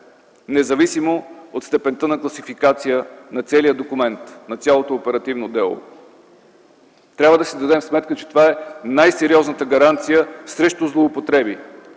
независимо от степента на класификация на целия документ, на цялото оперативно дело. Трябва да си дадем сметка, че това е най-сериозната гаранция срещу злоупотреби.